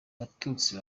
batutsi